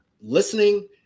listening